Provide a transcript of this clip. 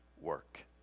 work